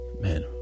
man